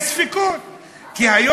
יש ספקות.